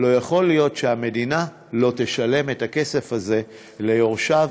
לא יכול להיות שהמדינה לא תשלם את הכסף הזה ליורשיו.